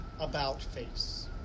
about-face